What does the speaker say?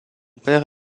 père